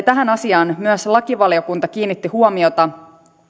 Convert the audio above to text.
tähän asiaan myös lakivaliokunta kiinnitti huomiota